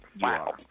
Wow